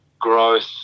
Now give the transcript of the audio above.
growth